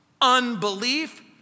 Unbelief